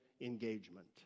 engagement